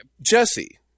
Jesse